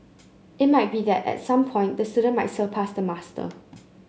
it might be that at some point the student might surpass the master